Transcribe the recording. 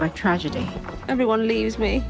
by tragedy everyone leaves me